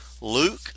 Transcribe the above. Luke